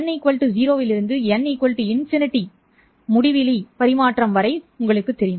n 0 இலிருந்து n முடிவிலிக்கு பரிமாற்றம் உங்களுக்குத் தெரியும்